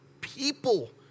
people